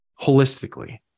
holistically